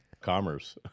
commerce